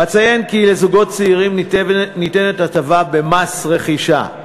אציין כי לזוגות צעירים ניתנת הטבה במס רכישה.